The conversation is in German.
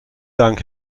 dank